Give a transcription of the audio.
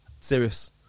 serious